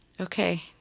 okay